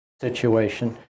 situation